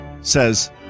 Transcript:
says